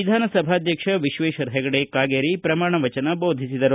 ವಿಧಾನಸಭಾಧ್ಯಕ್ಷ ವಿಶ್ವೇಶ್ವರ ಹೆಗಡೆ ಕಾಗೇರಿ ಪ್ರಮಾಣವಚನ ಬೋಧಿಸಿದರು